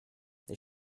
they